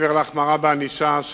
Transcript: מעבר להחמרה בענישה,